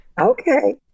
Okay